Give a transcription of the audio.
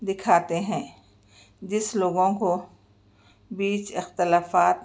دکھاتے ہیں جس لوگوں کو بیچ اختلافات